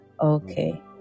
Okay